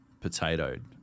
potatoed